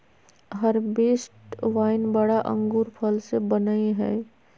हर्बेस्टि wine बड़ा अंगूर फल से बनयय हइ